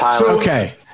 Okay